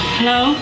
Hello